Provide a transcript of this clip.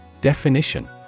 Definition